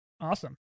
Awesome